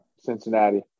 Cincinnati